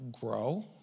grow